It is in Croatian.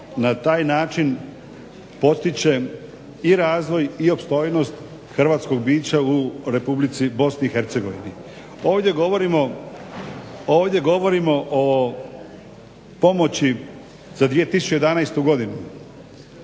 na taj način potiče i razvoj i opstojnost hrvatskog bića u BiH. Ovdje govorimo o pomoći za 2011.godinu.